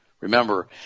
Remember